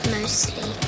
Mostly